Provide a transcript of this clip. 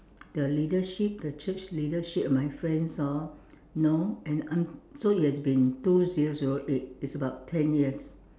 the leadership the church leadership and my friends all know and un~ so it has been two zero zero eight it's about ten years